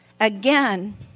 Again